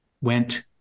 went